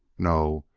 no,